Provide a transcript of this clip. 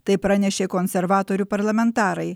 tai pranešė konservatorių parlamentarai